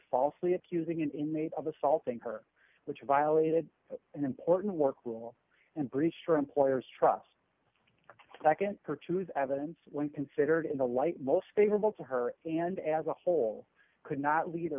falsely accusing an inmate of assaulting her which violated an important work rule in british or employers trust nd or two is evidence when considered in the light most favorable to her and as a whole could not lead a